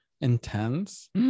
intense